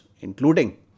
including